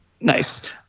Nice